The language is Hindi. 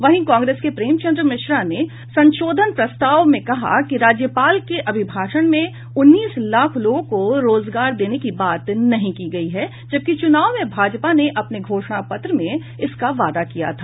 वहीं कांग्रेस के प्रेमचन्द्र मिश्रा ने संशोधन प्रस्ताव में कहा कि राज्यपाल के अभिभाषण में उन्नीस लाख लोगों को रोजगार देने की बात नहीं की गयी है जबकि चुनाव में भाजपा ने अपने घोषणा पत्र में इसका वादा किया था